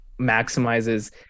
maximizes